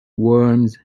worms